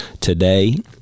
today